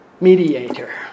mediator